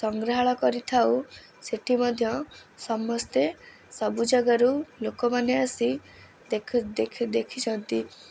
ସଂଗ୍ରହାଳୟ କରିଥାଉ ସେଠି ମଧ୍ୟ ସମସ୍ତେ ସବୁଯାଗାରୁ ଲୋକମାନେ ଆସି ଦେଖ ଦେଖିଛନ୍ତି